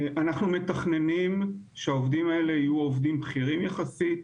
אנחנו מתכננים שהעובדים האלה יהיו עובדים בכירים יחסית.